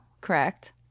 correct